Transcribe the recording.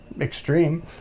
extreme